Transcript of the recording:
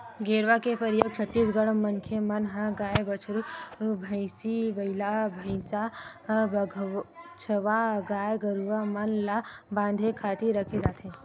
गेरवा के परियोग छत्तीसगढ़िया मनखे मन ह गाय, बछरू, भंइसी, बइला, भइसा, बछवा गाय गरुवा मन ल बांधे खातिर करे जाथे